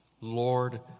Lord